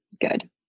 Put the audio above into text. good